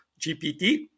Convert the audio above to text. GPT